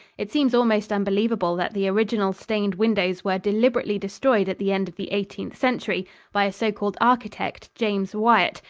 it seems almost unbelievable that the original stained windows were deliberately destroyed at the end of the eighteenth century by a so-called architect, james wyatt,